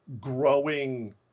growing